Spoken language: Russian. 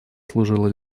служила